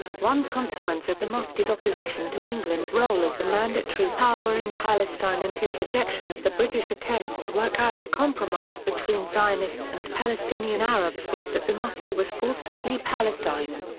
one consequence of the mufti's opposition to england's role as mandatory power in palestine and his rejection of the british attempts to work out a compromise between zionists and palestinian arabs was that the mufti was forced to flee palestine.